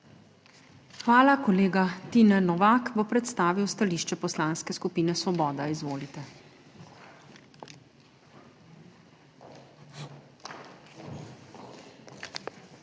Hvala. Kolega Tine Novak bo predstavil stališče Poslanske skupine Svoboda. Izvolite.